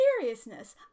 seriousness